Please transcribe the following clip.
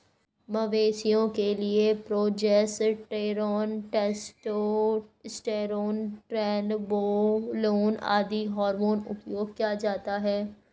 मवेशियों के लिए प्रोजेस्टेरोन, टेस्टोस्टेरोन, ट्रेनबोलोन आदि हार्मोन उपयोग किया जाता है